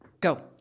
Go